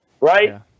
right